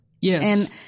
Yes